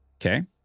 Okay